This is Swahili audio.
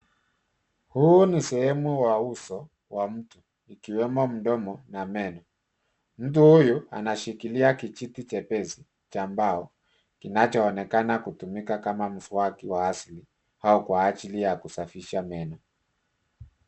Huu ni sehemu wa uso wa mtu. Ikiwemo mdomo na meno. Mtu huyu anashikilia kijiti chepesi cha mbao, kinachoonekana kutumika kama mswaki wa asili au kwa ajili ya kusafisha meno.